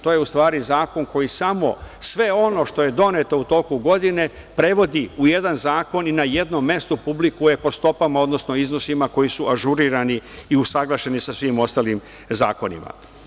To je ustvari zakon koji samo sve ono što je doneto u toku godine, prevodi u jedan zakon i na jedno mesto publikuje po stopama, odnosno iznosima koji su ažurirani i usaglašeni sa svim osnovnim zakonima.